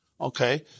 Okay